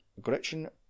Gretchen